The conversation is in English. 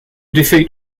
defeat